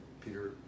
Peter